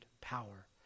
power